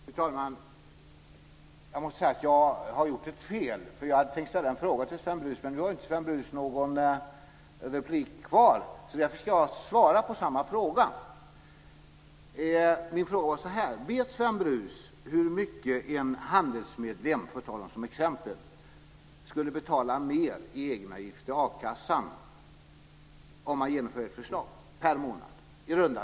Fru talman! Jag måste säga att jag har gjort ett fel. Jag hade tänkt ställa en fråga till Sven Brus, men nu har ju inte Sven Brus någon replik kvar. Därför ska jag svara på frågan. Mina fråga är: Vet Sven Brus i runda slängar hur mycket mer en Handelsmedlem, för att ta det som exempel, skulle få betala i egenavgift till a-kassan per månad om man genomförde ert förslag?